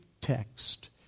text